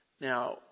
Now